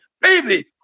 baby